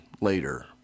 later